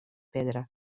pedra